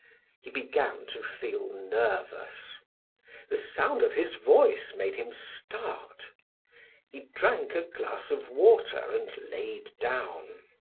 he began to feel nervous the sound of his voice made him start he drank a glass of water and laid down.